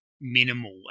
Minimal